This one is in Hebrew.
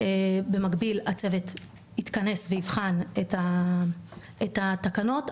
הצוות יתכנס ויבחן את התקנות,